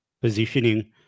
positioning